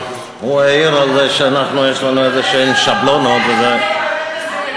הוא העיר על זה שיש לנו שבלונות כלשהן,